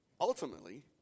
ultimately